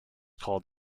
called